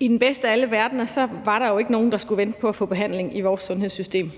I den bedste af alle verdener var der jo ikke nogen, der skulle vente på at få behandling i sundhedssystemet.